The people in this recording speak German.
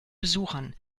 besuchern